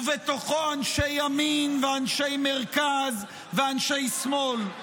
ובתוכו אנשי ימין ואנשי מרכז ואנשי שמאל,